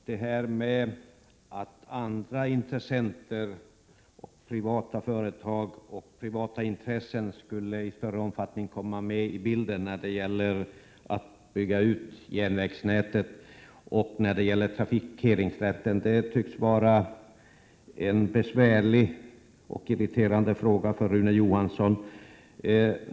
Herr talman! Att privata företag eller andra privata intressenter i större omfattning skulle få komma med i bilden när det gäller trafikeringsrätten och utbyggnad av järnvägsnätet tycks vara en besvärlig och irriterande fråga för Rune Johansson.